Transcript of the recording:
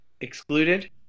excluded